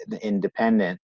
independent